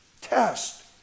test